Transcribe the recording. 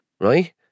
right